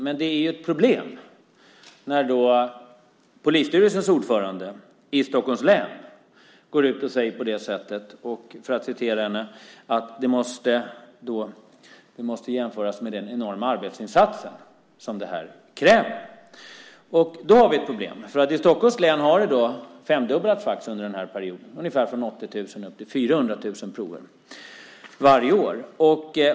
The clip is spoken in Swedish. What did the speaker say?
Men det är ett problem när polisstyrelsens ordförande i Stockholms län säger att det måste jämföras med den enorma arbetsinsats som detta kräver. I Stockholms län har proverna femdubblats under den här perioden, från ungefär 80 000 till 400 000 varje år.